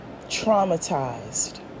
traumatized